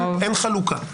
אין חלוקה,